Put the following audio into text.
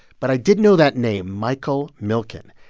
but i did know that name michael milken.